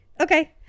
Okay